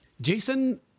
Jason